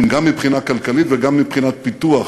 גם מבחינה כלכלית וגם מבחינת פיתוח